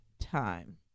time